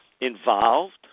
involved